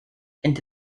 into